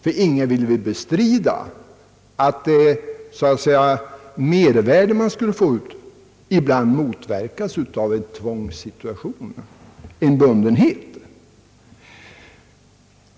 Ty ingen vill väl bestrida att det »mervärde» man skulle få ut ibland motverkas av en tvångssituation, en bundenhet.